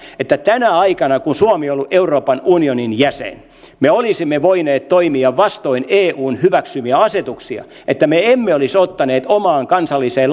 että tänä aikana kun suomi on ollut euroopan unionin jäsen me olisimme voineet toimia vastoin eun hyväksymiä asetuksia että me emme olisi ottaneet omaan kansalliseen